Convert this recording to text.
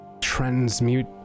transmute